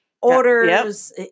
orders